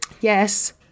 yes